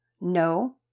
No